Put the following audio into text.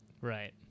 Right